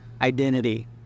identity